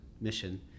mission